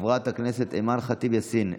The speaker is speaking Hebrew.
חברת הכנסת אימאן ח'טיב יאסין,